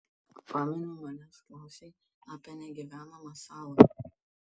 pameni manęs klausei apie negyvenamą salą